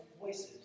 voices